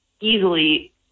easily